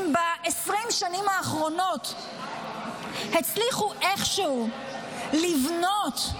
אם ב-20 השנים האחרונות הצליחו איכשהו לבנות,